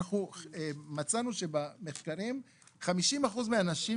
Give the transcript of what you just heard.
אנחנו מצאנו במחקרים ש-50% מהאנשים